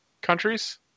countries